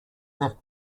left